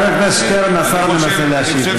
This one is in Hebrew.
חבר הכנסת שטרן, השר מנסה להשיב.